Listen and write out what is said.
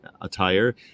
attire